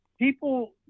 People